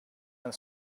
and